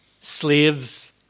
Slaves